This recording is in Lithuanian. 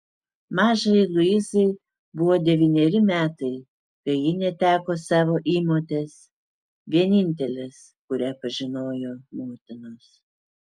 mažajai luizai buvo devyneri metai kai ji neteko savo įmotės vienintelės kurią pažinojo motinos